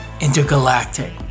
intergalactic